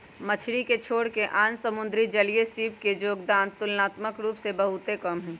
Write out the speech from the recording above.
मछरी के छोरके आन समुद्री जलीय जीव सभ के जोगदान तुलनात्मक रूप से बहुते कम हइ